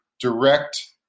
direct